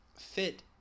fit